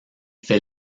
fait